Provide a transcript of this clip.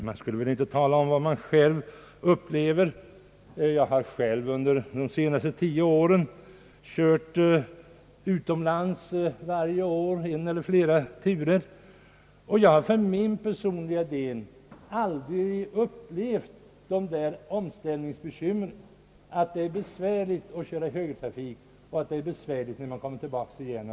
Man skall väl inte tala om vad man själv upplever, men jag har själv under de senaste tio åren kört utomlands varje år en eller flera turer, och jag har för min personliga del aldrig upplevt omställningsbekymmer. Jag har inte funnit det besvärligt att köra högertrafik utomlands eller att köra vänstertrafik när jag kommit tillbaka igen.